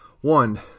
One